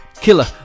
Killer